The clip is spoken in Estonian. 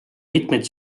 mitmeid